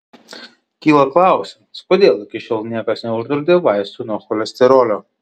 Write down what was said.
kyla klausimas kodėl iki šiol niekas neuždraudė vaistų nuo cholesterolio